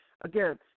again